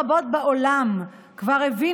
משה אבוטבול, נמנע סמי אבו